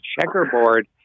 checkerboard